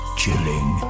chilling